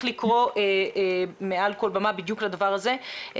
לקרוא מעל כל במה בדיוק לדבר הזה.